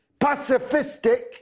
pacifistic